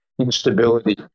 instability